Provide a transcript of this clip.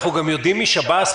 אנחנו יודעים משב"ס,